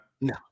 no